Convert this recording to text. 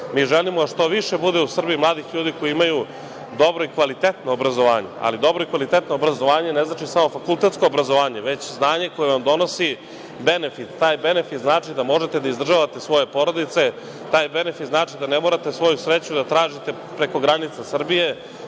Mi želimo da što više bude u Srbiji mladih ljudi koji imaju dobro i kvalitetno obrazovanje, ali dobro i kvalitetno obrazovanje ne znači samo fakultetsko obrazovanje, već znanje koje vam donosi benefit, taj benefit znači da morate da izdržavate svoje porodice. Taj benefit znači da ne morate svoju sreću da tražite preko granica Srbije.